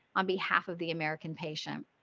on behalf of the american patient